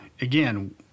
again